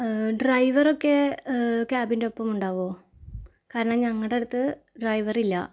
ഡ്രൈവറൊക്കെ ക്യാബിൻ്റെ ഒപ്പം ഉണ്ടാവുമോ കാരണം ഞങ്ങളുടെ അടുത്ത് ഡ്രൈവറില്ല